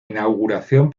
inauguración